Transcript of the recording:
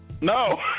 No